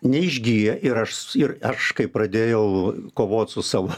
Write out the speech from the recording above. neišgyja ir aš ir aš kai pradėjau kovot su savo